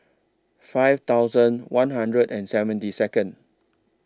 five thousand one hundred and seventy Second